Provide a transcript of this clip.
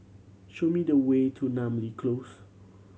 show me the way to Namly Close